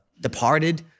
Departed